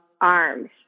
arms